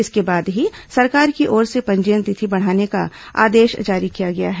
इसके बाद ही सरकार की ओर से पंजीयन तिथि बढ़ाने का आदेश जारी किया गया है